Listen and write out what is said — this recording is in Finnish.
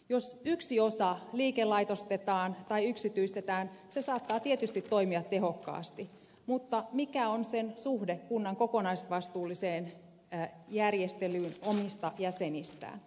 jos yksi osa liikelaitostetaan tai yksityistetään se saattaa tietysti toimia tehokkaasti mutta mikä on sen suhde kunnan kokonaisvastuulliseen järjestelyyn omista jäsenistään